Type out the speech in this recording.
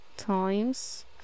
Times